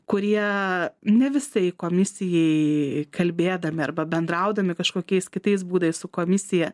kurie ne visai komisijai kalbėdami arba bendraudami kažkokiais kitais būdais su komisija